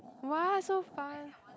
what so far